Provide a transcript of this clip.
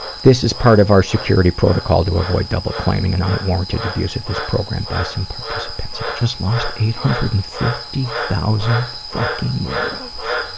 this is part of our security protocol to avoid double claiming and unwarranted abuse of this program by some participants. i just lost eight hundred and fifty thousand fucking euros.